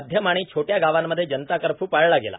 मध्यम आणि छोट्या गावांमध्ये जनता कर्फ्यू पाळला गेला